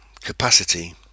capacity